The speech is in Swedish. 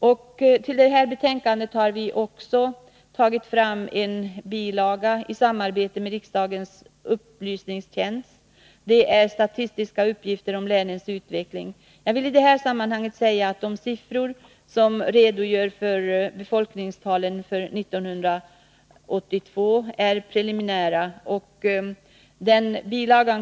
Jag vill här bara tillägga att vi i samarbete med riksdagens upplysningstjänst har sammanställt en bilaga med statistiska uppgifter om länens utveckling. De siffror avseende befolkningstalen för 1982 som där redovisas är preliminära.